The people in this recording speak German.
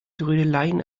trödeleien